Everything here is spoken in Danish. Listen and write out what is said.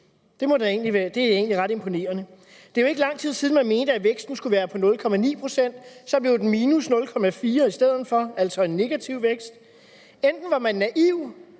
Det er egentlig ret imponerende. Det er jo ikke ret lang tid siden, man mente, at væksten ville blive på 0,9 pct. Så blev den på -0,4 pct. i stedet for, altså en negativ vækst. Enten var man naiv,